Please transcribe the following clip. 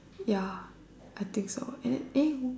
ya I think so and then eh